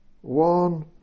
one